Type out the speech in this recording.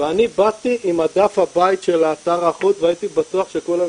ואני באתי עם דף הבית של האתר האחוד והייתי בטוח שכולם